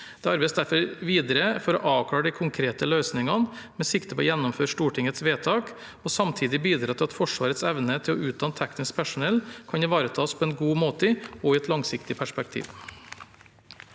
Det arbeides derfor videre for å avklare de konkrete løsningene med sikte på å gjennomføre Stortingets vedtak, og samtidig bidra til at Forsvarets evne til å utdanne teknisk personell kan ivaretas på en god måte og i et langsiktig perspektiv.